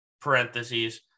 parentheses